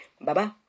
Bye-bye